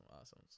awesome